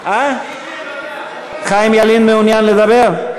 חיים ילין מעוניין לדבר?